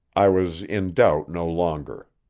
i was in doubt no longer.